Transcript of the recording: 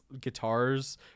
guitars